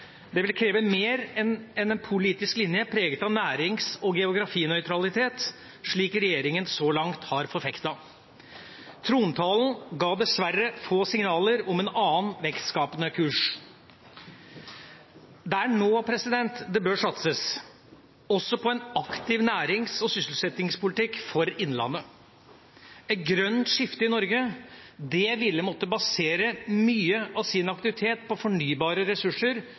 Det vil kreve mer enn en politisk linje preget av nærings- og geografinøytralitet, slik regjeringen så langt har forfektet. Trontalen ga dessverre få signaler om en annen vekstskapende kurs. Det er nå det bør satses, også på en aktiv nærings- og sysselsettingspolitikk for Innlandet. Et grønt skifte i Norge ville måtte basere mye av sin aktivitet på fornybare ressurser